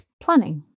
planning